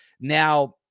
Now